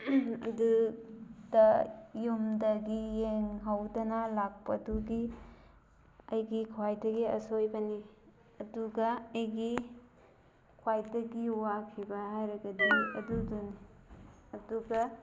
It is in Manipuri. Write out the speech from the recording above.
ꯑꯗꯨꯗ ꯌꯨꯝꯗꯒꯤ ꯌꯦꯡꯍꯧꯗꯅ ꯂꯥꯛꯄꯗꯨꯒꯤ ꯑꯩꯒꯤ ꯈ꯭ꯋꯥꯏꯗꯒꯤ ꯑꯁꯣꯏꯕꯅꯤ ꯑꯗꯨꯒ ꯑꯩꯒꯤ ꯈ꯭ꯋꯥꯏꯗꯒꯤ ꯋꯥꯈꯤꯕ ꯍꯥꯏꯔꯒꯗꯤ ꯑꯗꯨꯗꯨꯅꯤ ꯑꯗꯨꯒ